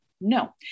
No